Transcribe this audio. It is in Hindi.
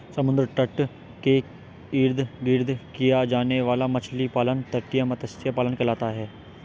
समुद्र तट के इर्द गिर्द किया जाने वाला मछली पालन तटीय मत्स्य पालन कहलाता है